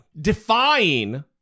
defying